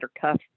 cuff